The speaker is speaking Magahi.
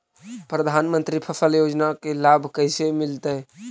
प्रधानमंत्री फसल योजना के लाभ कैसे मिलतै?